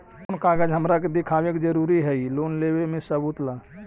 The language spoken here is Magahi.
कौन कागज हमरा दिखावे के जरूरी हई लोन लेवे में सबूत ला?